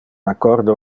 accordo